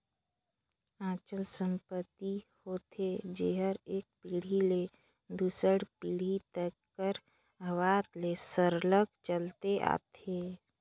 अचल संपत्ति होथे जेहर एक पीढ़ी ले दूसर पीढ़ी तक कर आवत ले सरलग चलते आथे